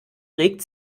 regt